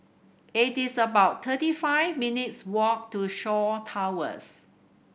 it is about thirty five minutes walk to Shaw Towers